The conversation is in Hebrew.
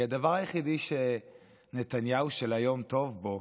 כי הדבר היחיד שנתניהו של היום טוב בו